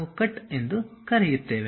ನಾವು ಕಟ್ ಎಂದು ಕರೆಯುತ್ತೇವೆ